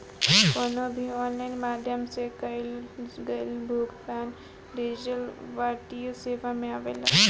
कवनो भी ऑनलाइन माध्यम से कईल गईल भुगतान डिजिटल वित्तीय सेवा में आवेला